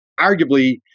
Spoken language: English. arguably